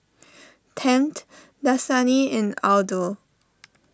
Tempt Dasani and Aldo